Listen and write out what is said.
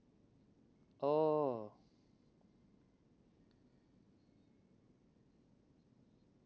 oh